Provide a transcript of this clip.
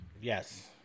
Yes